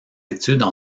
études